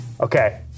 Okay